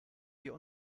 wir